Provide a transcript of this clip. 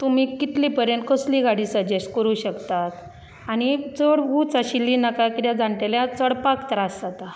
तुमी कितले पर्यंत कसली गाडी सजॅस्ट करूंक शकतात आनी चड उंच आशिल्ली नाका कित्याक जाण्टेल्याक चडपाक त्रास जाता